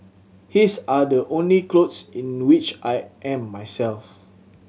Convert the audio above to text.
his are the only clothes in which I am myself